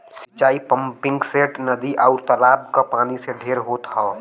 सिंचाई पम्पिंगसेट, नदी, आउर तालाब क पानी से ढेर होत हौ